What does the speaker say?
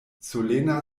solena